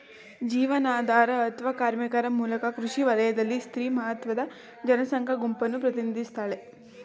ಜೀವನಾಧಾರ ಅತ್ವ ಕಾರ್ಮಿಕರ ಮೂಲಕ ಕೃಷಿ ವಲಯದಲ್ಲಿ ಸ್ತ್ರೀ ಮಹತ್ವದ ಜನಸಂಖ್ಯಾ ಗುಂಪನ್ನು ಪ್ರತಿನಿಧಿಸ್ತಾಳೆ